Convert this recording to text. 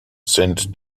sent